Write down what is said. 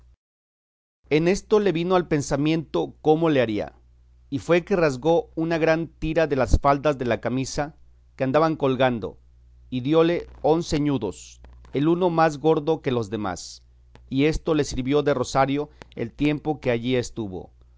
en esto le vino al pensamiento cómo le haría y fue que rasgó una gran tira de las faldas de la camisa que andaban colgando y diole once ñudos el uno más gordo que los demás y esto le sirvió de rosario el tiempo que allí estuvo